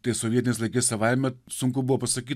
tais sovietiniais laikais savaime sunku buvo pasakyt